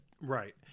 Right